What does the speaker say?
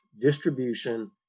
distribution